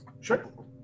Sure